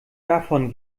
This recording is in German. davon